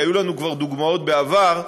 כי היו לנו כבר דוגמאות בעבר,